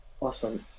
Awesome